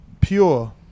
Pure